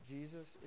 Jesus